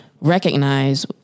recognize